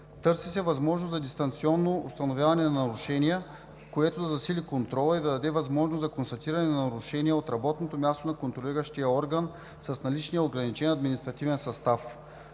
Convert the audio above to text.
Търси се възможност за дистанционно установяване на нарушения, което да засили контрола и да даде възможност за констатиране на нарушения от работното място на контролиращия орган с налични ограничения от административен състав.